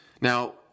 Now